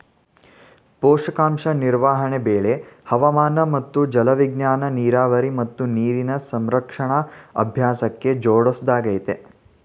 ಪೋಷಕಾಂಶ ನಿರ್ವಹಣೆ ಬೆಳೆ ಹವಾಮಾನ ಮತ್ತು ಜಲವಿಜ್ಞಾನನ ನೀರಾವರಿ ಮತ್ತು ನೀರಿನ ಸಂರಕ್ಷಣಾ ಅಭ್ಯಾಸಕ್ಕೆ ಜೋಡ್ಸೊದಾಗಯ್ತೆ